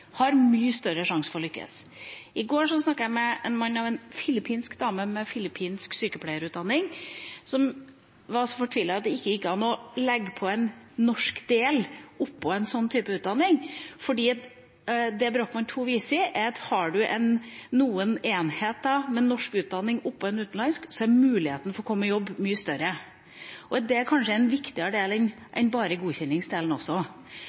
har mye større sjanse for å lykkes. I går snakket jeg med mannen til en filippinsk dame med filippinsk sykepleierutdanning, som var fortvilet over at ikke det går an å legge til en norsk del på en slik utdanning. For det Brochmann II-utvalget viser, er at har du noen enheter med norsk utdanning oppå en utenlandsk, er muligheten for å komme i jobb mye større. Det er kanskje også en viktigere del